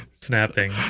Snapping